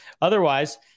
Otherwise